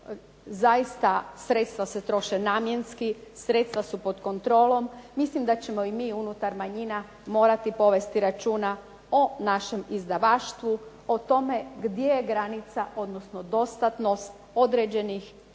zaista sredstva se troše namjenski, sredstva su pod kontrolom. Mislim da ćemo i mi unutar manjina morati povesti računa o našem izdavaštvu o tome gdje je granica odnosno dostatnost određenih časopisa,